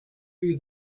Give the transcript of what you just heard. who